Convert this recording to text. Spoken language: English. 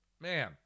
Man